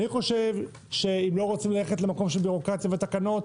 אני חושב שאם לא רוצים ללכת למקום של בירוקרטיה ותקנות,